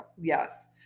yes